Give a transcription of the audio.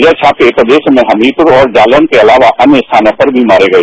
यह छापे प्रदेश में हमीमपुर और जालन के अलावा अन्य स्थानों पर भी मारे गये